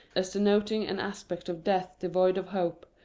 as denoting an aspect of death devoid of hope,